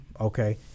okay